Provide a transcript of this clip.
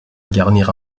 garnir